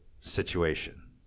situation